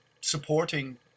supporting